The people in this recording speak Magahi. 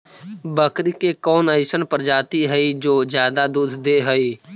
बकरी के कौन अइसन प्रजाति हई जो ज्यादा दूध दे हई?